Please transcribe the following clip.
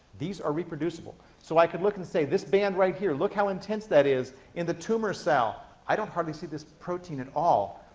these are reproducible. so i could look and say, this band right here, look how intense that is in the tumor cell. i don't hardly see this protein, at all,